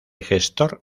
gestor